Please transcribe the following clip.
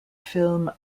film